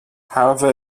however